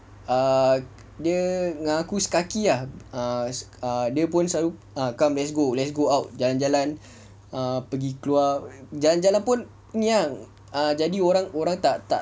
err dia dengan aku sekaki ah err err dia pun selalu come let's go let's go out jalan-jalan err pergi keluar jalan-jalan pun ni ah jadi orang tak tak